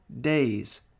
days